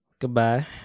goodbye